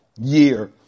year